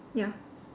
ya